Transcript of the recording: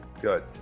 Good